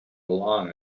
along